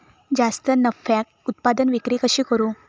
जास्त नफ्याक उत्पादन विक्री कशी करू?